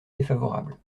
défavorable